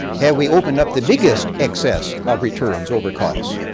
have we opened up the biggest excess of returns over cost,